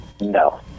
no